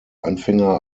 anfänger